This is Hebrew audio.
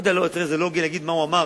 זה לא הוגן להגיד מה הוא אמר,